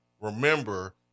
Remember